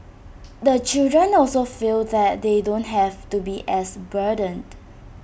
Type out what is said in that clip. the children also feel that they don't have to be as burdened